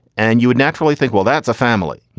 and you would naturally think, well, that's a family. you